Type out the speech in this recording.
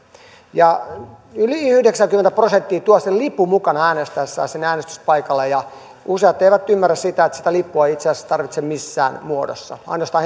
yli yhdeksänkymmentä prosenttia tuo sen lipun mukanaan äänestäessään siinä äänestyspaikalla ja useat eivät ymmärrä sitä että sitä lippua ei itse asiassa tarvitse missään muodossa tarvitsee ainoastaan